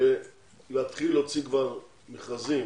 להתחיל להוציא מכרזים,